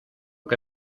que